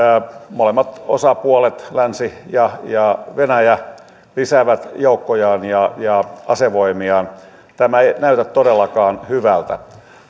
molemmat osapuolet länsi ja ja venäjä lisäävät joukkojaan ja ja asevoimiaan tämä ei näytä todellakaan hyvältä